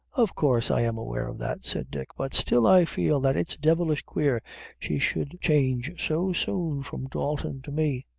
of course i am aware of that, said dick but still i feel that it's devilish queer she should change so soon from dalton to me.